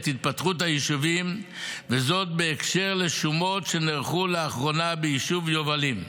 את התפתחות היישובים וזאת בהקשר לשומות שנערכו לאחרונה ביישוב יובלים.